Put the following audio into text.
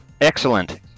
Excellent